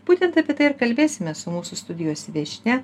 būtent apie tai ir kalbėsimės su mūsų studijos viešnia